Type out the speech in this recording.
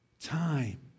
time